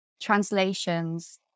translations